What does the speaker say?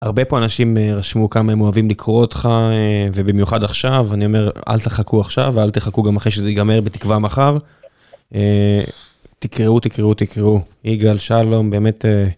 הרבה פה אנשים רשמו כמה הם אוהבים לקרוא אותך ובמיוחד עכשיו, אני אומר, אל תחכו עכשיו ואל תחכו גם אחרי שזה ייגמר, בתקווה מחר. תקראו, תקראו, תקראו. יגאל שלום, באמת...